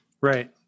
Right